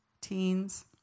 teens